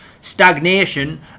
stagnation